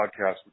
podcast